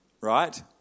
right